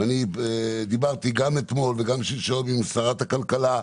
אני דיברתי גם אתמול וגם שלשום עם שרת הכלכלה,